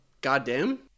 Goddamn